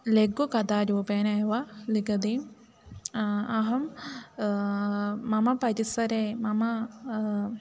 लघुकथारूपेण एव लिखति अहं मम परिसरे मम